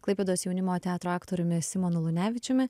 klaipėdos jaunimo teatro aktoriumi simonu lunevičiumi